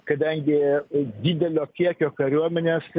kadangi didelio kiekio kariuomenės